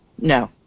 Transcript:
No